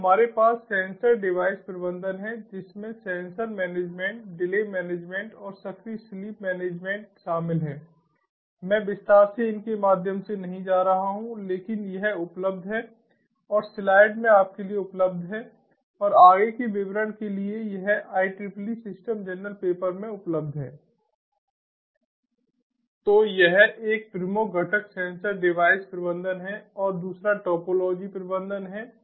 तो हमारे पास सेंसर डिवाइस प्रबंधन है जिसमें सेंसर मैनेजमेंट डिले मैनेजमेंट और सक्रिय स्लीप मैनेजमेंट शामिल हैं मैं विस्तार से इनके माध्यम से नहीं जा रहा हूं लेकिन यह उपलब्ध है और स्लाइड में आपके लिए उपलब्ध है और आगे के विवरण के लिए यह IEEE सिस्टम जर्नल पेपर में उपलब्ध है तो यह एक प्रमुख घटक सेंसर डिवाइस प्रबंधन है और दूसरा टॉपोलॉजी प्रबंधन है